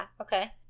Okay